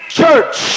church